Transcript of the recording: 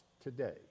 today